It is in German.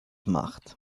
macht